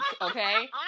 okay